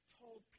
told